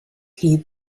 heed